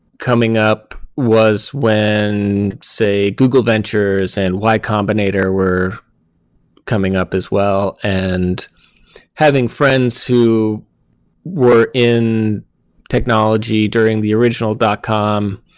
coming up was when, say, google ventures and y combinator were coming up as well, and having friends who were in technology during the original dot com.